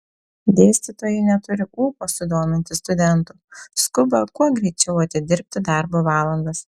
dėstytojai neturi ūpo sudominti studentų skuba kuo greičiau atidirbti darbo valandas